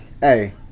Hey